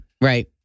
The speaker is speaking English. Right